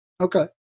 Okay